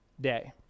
day